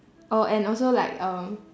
oh and also like um